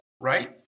right